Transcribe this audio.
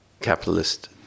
capitalist